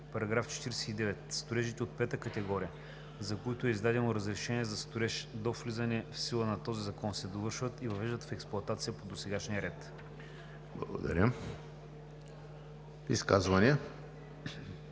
сгради. § 49. Строежите от пета категория, за които е издадено разрешение за строеж до влизането в сила на този закон, се довършват и въвеждат в експлоатация по досегашния ред.“ ПРЕДСЕДАТЕЛ